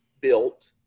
built